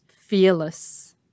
fearless